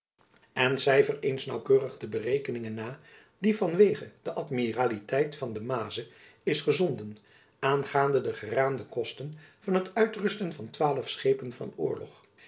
cijfer eens naauwkeurig de berekening na die van wege de amiraliteit van de maze is gezonden aangaande de geraamde kosten van het uitrusten van twaalf schepen van oorlog